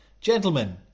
Gentlemen